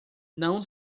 não